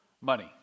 Money